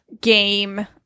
game